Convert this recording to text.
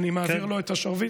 אז אני מעביר לו את השרביט.